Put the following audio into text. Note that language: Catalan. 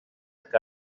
que